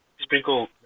sprinkle